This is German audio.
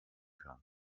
kann